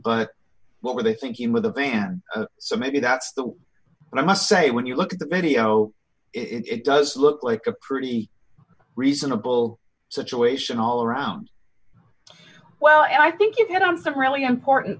but what were they thinking with the van so maybe that's the but i must say when you look at the video it does look like a pretty reasonable situation all around well and i think you hit on some really important